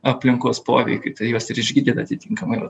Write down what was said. aplinkos poveikiui tai juos ir išgydyt atitinkamai yra